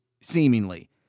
seemingly